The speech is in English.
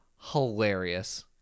Hilarious